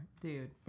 Dude